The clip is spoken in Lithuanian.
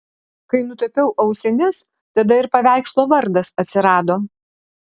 kai nutapiau ausines tada ir paveikslo vardas atsirado